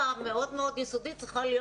העבודה היסודית מאוד צריכה להיות